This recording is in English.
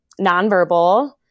Nonverbal